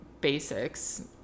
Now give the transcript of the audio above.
basics